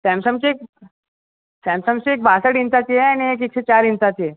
सॅमसमचे सॅमसंगचे बासष्ट इंचाची आहे आणि एक एकशे चार इंचाची आहे